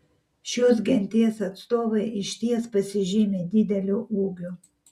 šios genties atstovai išties pasižymi dideliu ūgiu